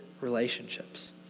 relationships